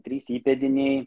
trys įpėdiniai